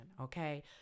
okay